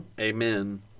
Amen